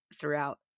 throughout